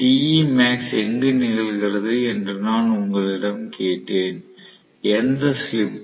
Temax எங்கு நிகழ்கிறது என்று நான் உங்களிடம் கேட்டேன் எந்த ஸ்லிப் ல்